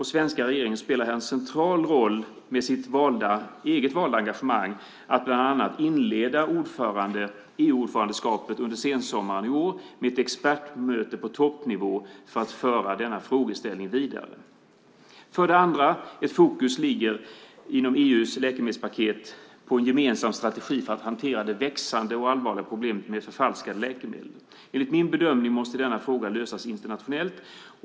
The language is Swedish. Den svenska regeringen spelar en central roll i detta genom sitt eget valda engagemang. Man ska bland annat inleda EU-ordförandeskapet med ett expertmöte på toppnivå under sensommaren i år för att föra denna frågeställning vidare. För det andra handlar det om att ett fokus inom EU:s läkemedelspaket ligger på en gemensam strategi för att hantera det växande och allvarliga problemet med förfalskade läkemedel. Enligt min bedömning måste denna fråga lösas internationellt.